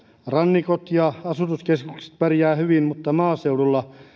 rannikot ja asutuskeskukset pärjäävät hyvin mutta maaseudulla